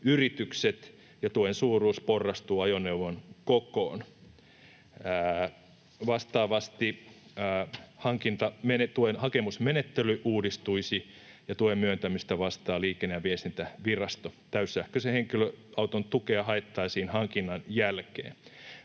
yritykset, ja tuen suuruus porrastuu ajoneuvon kokoon. Vastaavasti hankintatuen hakemusmenettely uudistuisi, ja tuen myöntämisestä vastaa Liikenne- ja viestintävirasto. Täyssähköisen henkilöauton tukea haettaisiin hankinnan jälkeen.